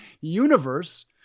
universe